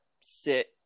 sit